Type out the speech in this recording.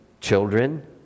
children